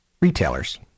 Retailers